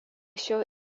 šio